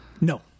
no